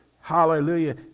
hallelujah